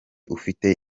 ufite